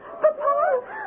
Papa